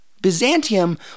Byzantium